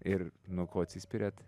ir nuo ko atsispiriat